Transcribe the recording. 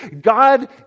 God